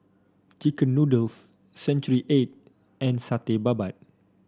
chicken noodles Century Egg and Satay Babat